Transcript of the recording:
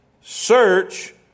Search